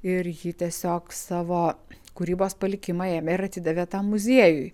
ir ji tiesiog savo kūrybos palikimą ėmė ir atidavė tam muziejui